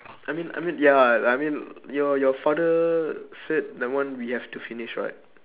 I mean I mean ya I mean your your father said that one we have to finish [what]